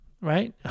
right